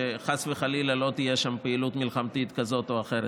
שחס וחלילה לא תהיה שם פעילות מלחמתית כזאת או אחרת.